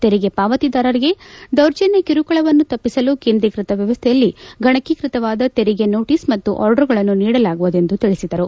ತೆರಿಗೆ ಪಾವತಿದಾರರಿಗೆ ದೌರ್ಜನ್ಯ ಕಿರುಕುಳವನ್ನು ತಪ್ಪಿಸಲು ಕೇಂದ್ರೀಕೃತ ವ್ಯವಸ್ಥೆಯಲ್ಲಿ ಗಣಕಿಕೃತವಾದ ತೆರಿಗೆ ನೋಟೀಸ್ ಮತ್ತು ಆರ್ಡರ್ಗಳನ್ನು ನೀಡಲಾಗುವುದು ಎಂದು ತಿಳಿಸಿದರು